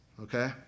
Okay